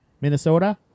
Minnesota